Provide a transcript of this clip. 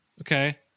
okay